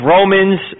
Romans